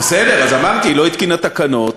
בסדר, אז אמרתי, היא לא התקינה תקנות.